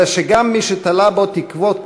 אלא שגם מי שתלו בו תקוות